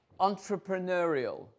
entrepreneurial